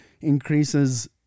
increases